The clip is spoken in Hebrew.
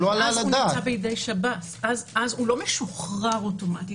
אז הוא לא משוחרר אוטומטית.